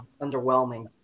underwhelming